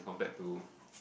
as compared to